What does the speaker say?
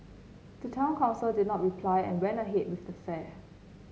the town council did not reply and went ahead with the fair